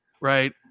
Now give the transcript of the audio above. right